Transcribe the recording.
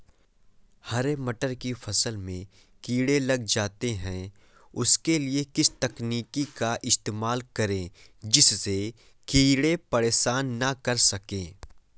हरे मटर की फसल में कीड़े लग जाते हैं उसके लिए किस तकनीक का इस्तेमाल करें जिससे कीड़े परेशान ना कर सके?